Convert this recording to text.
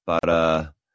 para